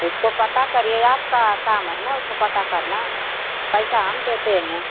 उसको पता करिए आपका काम है न उसको पता करना पैसा हम देते हैं